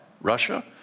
Russia